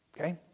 okay